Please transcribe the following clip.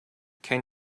can